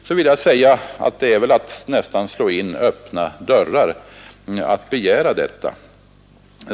Då vill jag säga att det är väl att slå in öppna dörrar att begära detta.